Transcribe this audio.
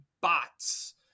bots